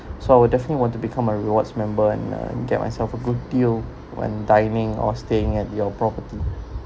so I would definitely want to become a rewards member and uh get myself a good deal when dining or staying at your property